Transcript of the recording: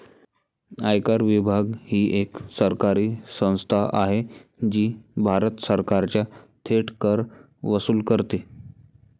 आयकर विभाग ही एक सरकारी संस्था आहे जी भारत सरकारचा थेट कर वसूल करते